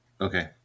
Okay